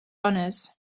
honors